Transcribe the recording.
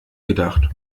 gedacht